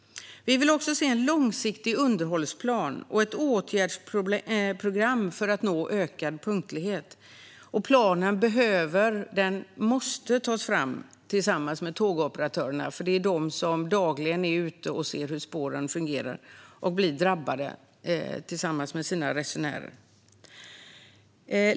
Vi vill också se en långsiktig underhållsplan och ett åtgärdsprogram för att nå ökad punktlighet. Planen behöver - den måste - tas fram tillsammans med tågoperatörerna, för det är de som dagligen är ute och ser hur spåren fungerar och som blir drabbade tillsammans med sina resenärer.